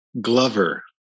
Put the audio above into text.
Glover